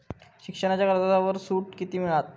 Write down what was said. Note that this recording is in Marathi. शिक्षणाच्या कर्जावर सूट किती मिळात?